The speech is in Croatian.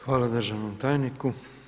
Hvala državnom tajniku.